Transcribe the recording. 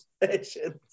expressions